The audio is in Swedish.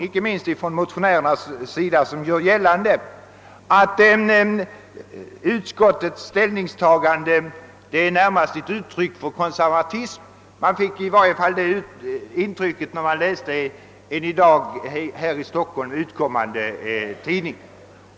Inte minst från motionärernas sida görs det nu gällande att utskottets ställningstagande närmast är ett uttryck för konservatism — i varje fall fick jag det intrycket vid läsningen av en i dag här i Stockholm utkommande tidning.